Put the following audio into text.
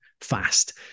fast